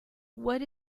what